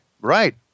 Right